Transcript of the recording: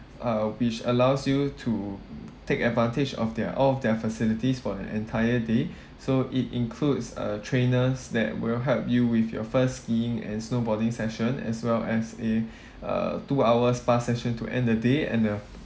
uh which allows you to take advantage of their all of their facilities for an entire day so it includes uh trainers that will help you with your first skiing and snowboarding session as well as a uh two hour spa session to end the day and a